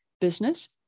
business